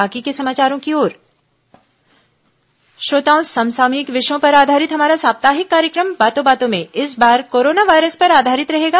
बातों बातों में श्रोताओं समसामयिक विषयों पर आधारित हमारा साप्ताहिक कार्यक्रम बातों बातों में इस बार कोरोना वायरस पर आधारित रहेगा